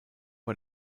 war